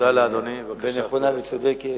ונכונה וצודקת.